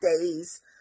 days